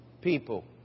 people